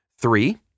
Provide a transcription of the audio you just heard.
Three